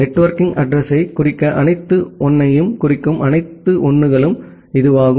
network அட்ரஸிங்யைக் குறிக்க அனைத்து 1 ஐக் குறிக்கும் அனைத்து 1 களும்